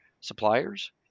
suppliers